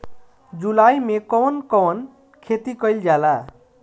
जुलाई मे कउन कउन खेती कईल जाला?